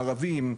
ערבים,